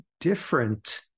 different